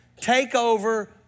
takeover